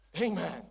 Amen